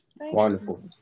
Wonderful